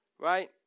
right